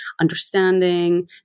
understanding